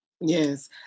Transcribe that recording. Yes